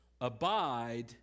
Abide